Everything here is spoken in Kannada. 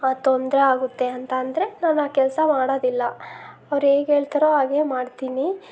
ತೊಂದರೆ ಆಗುತ್ತೆ ಅಂತಂದರೆ ನಾನು ಆ ಕೆಲಸ ಮಾಡೋದಿಲ್ಲ ಅವ್ರು ಹೇಗ್ ಹೇಳ್ತಾರೋ ಹಾಗೇ ಮಾಡ್ತೀನಿ